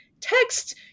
texts